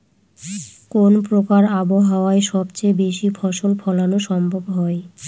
কোন প্রকার আবহাওয়ায় সবচেয়ে বেশি ফসল ফলানো সম্ভব হয়?